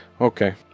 Okay